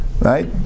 right